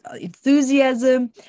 enthusiasm